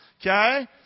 Okay